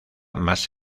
más